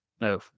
no